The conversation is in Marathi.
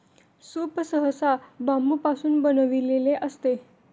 सूप सहसा बांबूपासून बनविलेले असते